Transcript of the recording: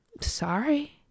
Sorry